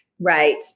Right